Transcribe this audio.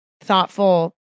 thoughtful